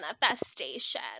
manifestation